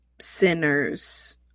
sinners